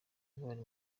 bari